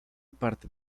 parte